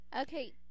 Okay